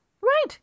Right